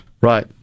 Right